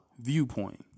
viewpoint